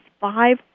five